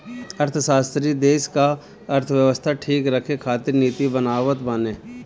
अर्थशास्त्री देस कअ अर्थव्यवस्था ठीक रखे खातिर नीति बनावत बाने